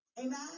amen